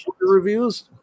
reviews